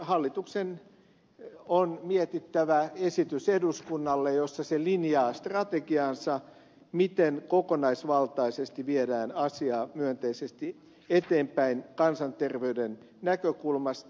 hallituksen on mietittävä eduskunnalle esitys jossa se linjaa strategiaansa miten kokonaisvaltaisesti viedään asiaa myönteisesti eteenpäin kansanterveyden näkökulmasta